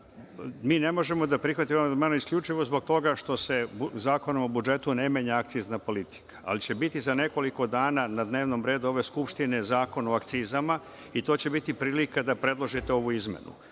Mi ne možemo da prihvatimo ovaj amandman isključivo zbog toga što se Zakonom o budžetu ne menja akcizna politika, ali će biti za nekoliko dana na dnevnom redu ove Skupštine Zakon o akcizama i to će biti prilika da predložite ovu izmenu.